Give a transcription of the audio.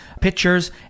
pictures